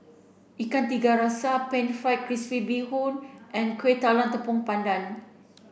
Ikan Tiga Rasa pan fried crispy bee hoon and Kueh Talam Tepong Pandan